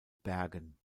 bergen